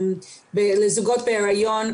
לזוגות בהיריון,